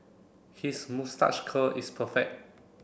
his moustache curl is perfect